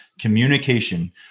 communication